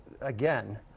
again